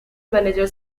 manager